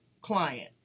client